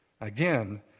again